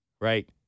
Right